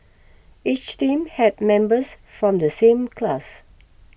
each team had members from the same class